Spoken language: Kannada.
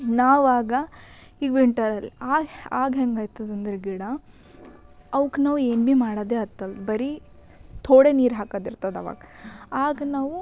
ನಾವಾಗ ಈಗ ವಿಂಟರಲ್ ಆಗ ಹೇಗಾಗ್ತದೆಂದ್ರೆ ಗಿಡ ಅವಕ್ಕೆ ನಾವು ಏನು ಭೀ ಮಾಡದೇ ಹತ್ತೋಲ್ಲ ಬರೀ ಥೋಡೆ ನೀರಾಕದು ಇರ್ತದೆ ಅವಾಗ ಆಗ ನಾವು